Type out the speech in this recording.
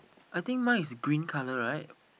I think mine is green colour right